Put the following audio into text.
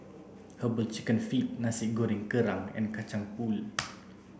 herbal chicken feet nasi goreng kerang and kacang pool